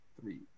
three